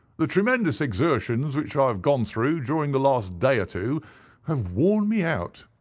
the tremendous exertions which i have gone through during the last day or two have worn me out.